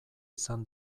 izan